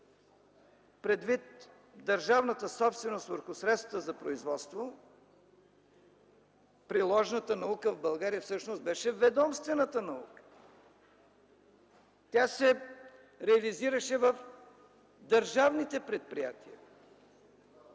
предвид държавната собственост върху средствата за производство, приложната наука в България всъщност беше ведомствената наука. Тя се реализираше в държавните предприятия.